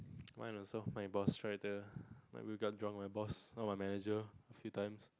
mine also my boss tried to we got drunk with my boss not my manager few times